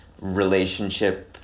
relationship